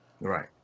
Right